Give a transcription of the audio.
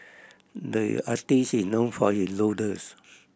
the artist is known for his doodles